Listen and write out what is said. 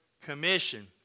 commission